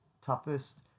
toughest